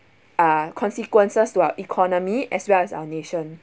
uh consequences to our economy as well as our nation